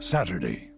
Saturday